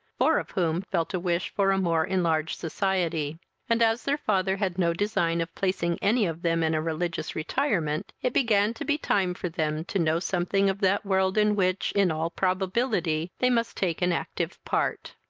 four of whom felt a wish for a more enlarged society and, as their father had no design of placing any of them in a religious retirement, it began to be time for them to know something of that world in which, in all probability, they must take an active part.